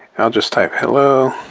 i'll just type, hello